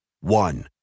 One